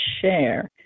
share